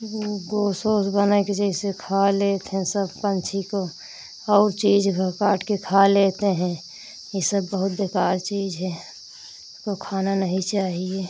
वह गोश्त ओस बनाकर जैसे खाए लेत हैं सब पंछी को और चीज़ भी काट के खा लेते हैं ई सब बहुत बेकार चीज़ है इसको खाना नहीं चाहिए